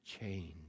change